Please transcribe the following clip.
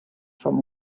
from